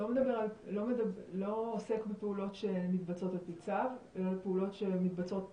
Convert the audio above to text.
לא עוסק בפעולות שמתבצעות על פי צו אלא על פעולות שמתבצעות